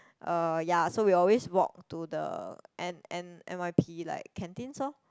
um ya so we always walk to the N N n_y_p like canteens lor